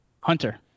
hunter